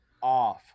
off